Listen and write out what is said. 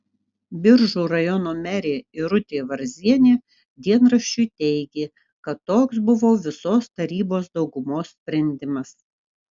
biržų rajono merė irutė varzienė dienraščiui teigė kad toks buvo visos tarybos daugumos sprendimas